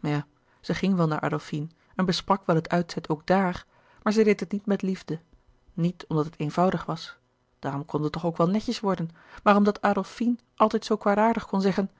ja zij ging wel naar adolfine en besprak wel het uitzet ook daar maar zij deed het niet met liefde niet omdat het eenlouis couperus de boeken der kleine zielen voudig was daarom kon het toch ook wel netjes worden maar omdat adolfine altijd zoo kwaadaardig kon zeggen